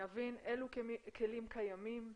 נבין אלו כלים קיימים,